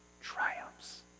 triumphs